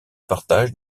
partage